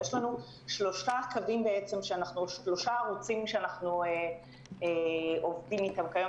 יש לנו שלושה ערוצים שאנחנו עובדים איתם כיום.